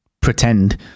pretend